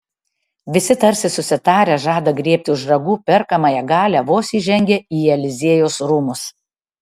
visi tarsi susitarę žada griebti už ragų perkamąją galią vos įžengę į eliziejaus rūmus